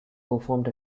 performed